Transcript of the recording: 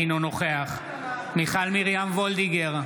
אינו נוכח מיכל מרים וולדיגר,